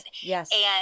Yes